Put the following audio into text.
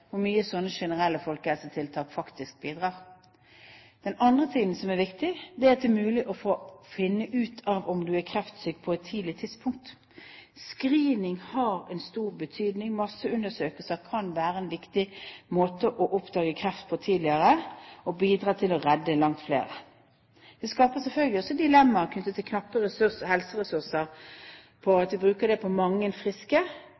hvor mye slike generelle folkehelsetiltak faktisk bidrar. Det andre som er viktig, er at det er mulig å finne ut om man er kreftsyk på et tidlig tidspunkt. Screening har en stor betydning. Masseundersøkelser kan være en viktig måte å oppdage kreft på tidligere og bidra til å redde langt flere. Det skaper selvfølgelig også dilemmaer knyttet til knappe helseressurser, at man bruker penger på mange friske,